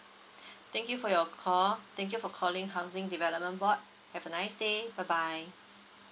thank you for your call thank you for calling housing development board have a nice day bye bye